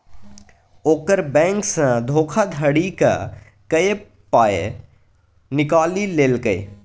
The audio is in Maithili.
ओकर बैंकसँ धोखाधड़ी क कए पाय निकालि लेलकै